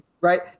right